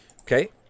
Okay